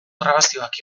grabazioak